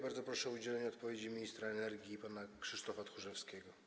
Bardzo proszę o udzielenie odpowiedzi ministra energii pana Krzysztofa Tchórzewskiego.